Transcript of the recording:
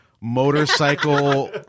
motorcycle